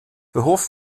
hoff